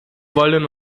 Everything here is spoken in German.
wollen